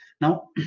now